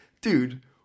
dude